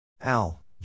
al